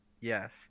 yes